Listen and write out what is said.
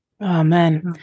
Amen